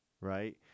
right